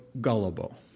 gullible